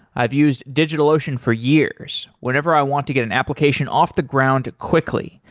i've used digitalocean for years, whenever i want to get an application off the ground quickly.